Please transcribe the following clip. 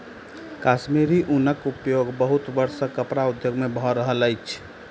कश्मीरी ऊनक उपयोग बहुत वर्ष सॅ कपड़ा उद्योग में भ रहल अछि